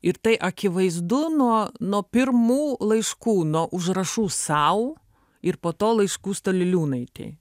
ir tai akivaizdu nuo nuo pirmų laiškų nuo užrašų sau ir po to laiškų staliliūnaitei